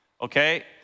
Okay